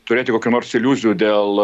turėti kokių nors iliuzijų dėl